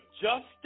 justice